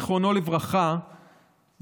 זיכרונו לברכה,